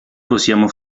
possiamo